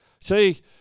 See